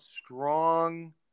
strong